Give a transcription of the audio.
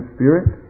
Spirit